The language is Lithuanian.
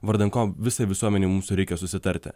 vardan ko visai visuomenei mūsų reikia susitarti